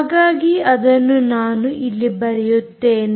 ಹಾಗಾಗಿ ಅದನ್ನು ನಾನು ಇಲ್ಲಿ ಬರೆಯುತ್ತೇನೆ